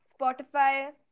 Spotify